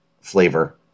flavor